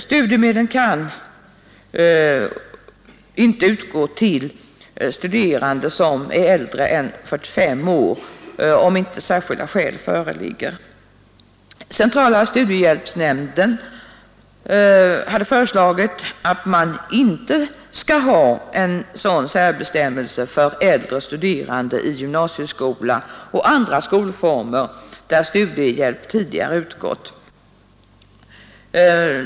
Studiemedel kan inte utgå till studerande som är äldre än 45 år om inte särskilda skäl föreligger. Centrala studiehjälpsnämnden hade föreslagit att det inte skall finnas en sådan särbestämmelse för äldre studerande i gymnasieskola och andra skolformer där studiehjälp tidigare utgått.